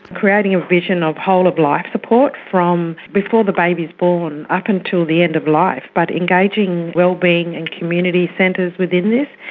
creating a vision of whole-of-life support from before the baby is born up until the end of life, but engaging wellbeing and community centres within this,